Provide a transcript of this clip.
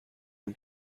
اون